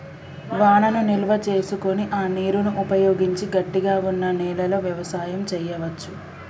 వానను నిల్వ చేసుకొని ఆ నీరును ఉపయోగించి గట్టిగ వున్నా నెలలో వ్యవసాయం చెయ్యవచు